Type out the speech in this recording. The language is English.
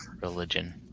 religion